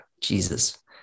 Jesus